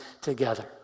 together